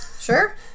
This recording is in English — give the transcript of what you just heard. Sure